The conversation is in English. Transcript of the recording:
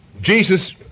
Jesus